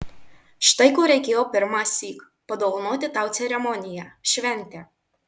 štai ko reikėjo pirmąsyk padovanoti tau ceremoniją šventę